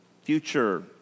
future